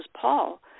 Paul